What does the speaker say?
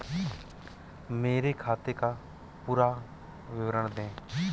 मेरे खाते का पुरा विवरण दे?